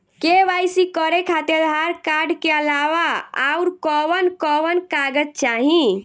KYC करे खातिर Aadhaar card के अलावा आउरकवन कवन कागज चाहीं?